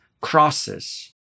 crosses